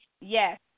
Yes